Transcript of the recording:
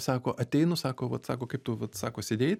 sako ateinu sako vat sako kaip tu vat sako sėdėjai